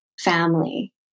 family